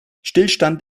stillstand